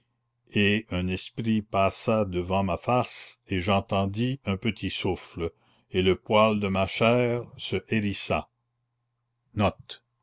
et un esprit passa devant ma face et j'entendis un petit souffle et le poil de ma chair se hérissa